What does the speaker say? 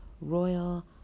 royal